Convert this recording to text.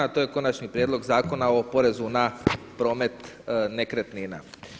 To je konačni prijedlog Zakona o porezu na promet nekretnina.